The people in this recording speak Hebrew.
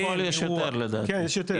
יש יותר לדעתי.